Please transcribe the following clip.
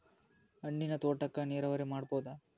ಹಣ್ಣಿನ್ ತೋಟಕ್ಕ ನೀರಾವರಿ ಮಾಡಬೋದ?